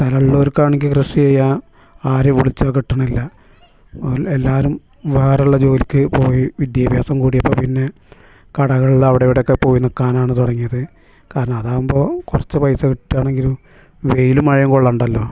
സ്ഥലമുള്ളവർക്കാണെങ്കിൽ കൃഷി ചെയ്യുക ആരെ വിളിച്ചാൽ കിട്ടണില്ല എല്ലാവരും ഭാരമുള്ള ജോലിക്കു പോയി വിദ്യാഭ്യാസം കൂടിയപ്പം പിന്നെ കടകളിലവിടെ ഇവിടെയൊക്കെ പോയി നിൽക്കാനാണ് തുടങ്ങിയത് കാരണമതാകുമ്പോൾ കുറച്ചു പൈസ കിട്ടുകയാണെങ്കിലും വെയിലും മഴയും കൊള്ളേണ്ടല്ലൊ